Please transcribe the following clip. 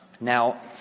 Now